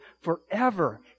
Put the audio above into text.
forever